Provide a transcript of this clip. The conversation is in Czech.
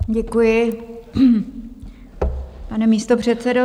Děkuji, pane místopředsedo.